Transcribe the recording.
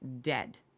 dead